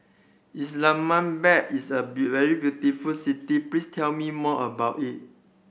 Islamabad is a very beautiful city please tell me more about it